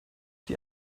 die